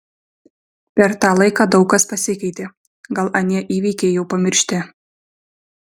per tą laiką daug kas pasikeitė gal anie įvykiai jau pamiršti